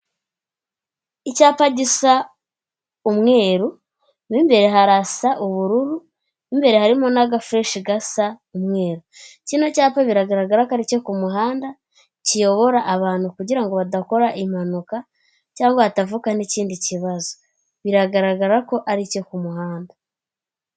Icyapa gisa umweru, mo imbere harasa ubururu mo imbere harimo n'agafureshe gasa umweru, kino cyapa biragaragara ko ari icyo ku kumuhanda, kiyobora abantu kugira ngo badakora impanuka cyangwa hatavukamo ikindi kibazo, biragaragara ko aricyo ku muhanda.